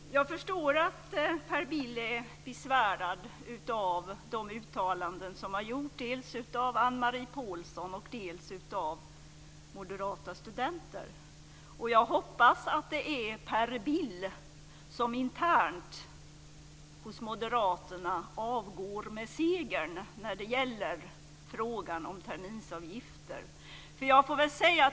Herr talman! Jag förstår att Per Bill är besvärad av de uttalanden som har gjorts dels av Anne-Marie Pålsson, dels av moderata studenter. Jag hoppas att det är Per Bill som internt hos Moderaterna avgår med segern när det gäller frågan om terminsavgifter.